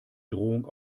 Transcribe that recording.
drohung